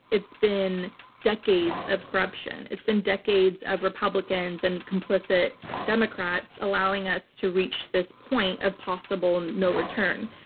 it's been decades of corruption. it's been decades of republicans and complicit democrats allowing us to reach this point of possible and no return.